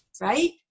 right